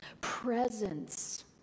presence